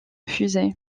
fusée